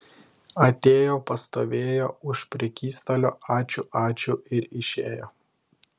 atėjo pastovėjo už prekystalio ačiū ačiū ir išėjo